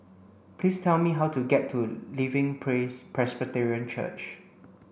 please tell me how to get to Living Praise Presbyterian Church